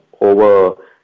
over